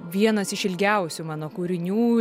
vienas iš ilgiausių mano kūrinių